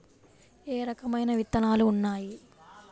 ఏ రకమైన విత్తనాలు ఉన్నాయి?